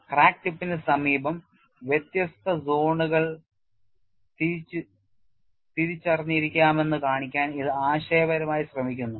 crack ടിപ്പിന് സമീപം വ്യത്യസ്ത സോണുകൾ തിരിച്ചറിഞ്ഞിരിക്കാമെന്ന് കാണിക്കാൻ ഇത് ആശയപരമായി ശ്രമിക്കുന്നു